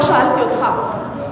לא שאלתי אותך.